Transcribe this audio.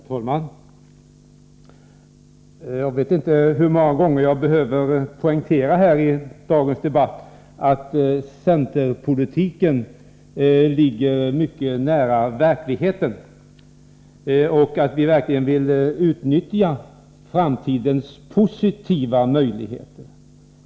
Herr talman! Jag vet inte hur många gånger jag behöver poängtera i dagens debatt att centerpolitiken ligger mycket nära verkligheten och att vi verkligen vill utnyttja framtidens positiva möjligheter.